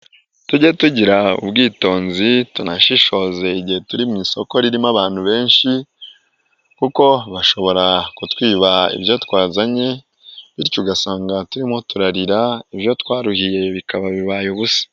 Uujye tugira ubwitonzi, tunashishoze igihe turi mu isoko ririmo abantu benshi kuko bashobora kutwiba ibyo twazanye bityo ugasanga turimo turarira, ibyoyo twaruhiye bikaba bibaye ubusa.